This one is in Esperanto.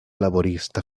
laborista